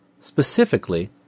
specifically